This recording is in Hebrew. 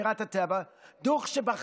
אתם מאותה סיעה אז אנחנו מגוונים.